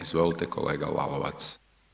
Izvolite kolega Lalovac.